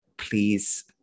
please